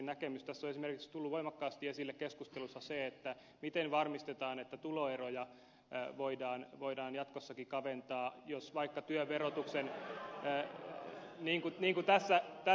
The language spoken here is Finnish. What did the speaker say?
tässä on esimerkiksi tullut voimakkaasti esille keskustelussa se miten varmistetaan että tuloeroja voidaan jatkossakin kaventaa jos vaikka työn verotuksen